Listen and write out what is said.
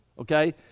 Okay